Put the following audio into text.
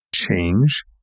Change